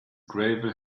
gravel